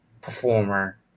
performer